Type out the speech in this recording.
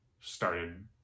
started